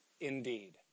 indeed